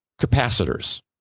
capacitors